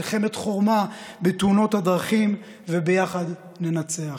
מלחמת חורמה בתאונות הדרכים וביחד ננצח.